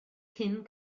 cyn